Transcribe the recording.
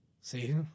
See